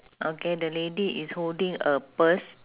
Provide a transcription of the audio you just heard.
okay the lady is holding a purse